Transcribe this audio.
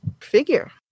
figure